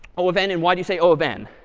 o of n. and why do you say o of n?